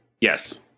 Yes